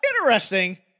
Interesting